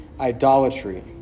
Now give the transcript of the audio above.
idolatry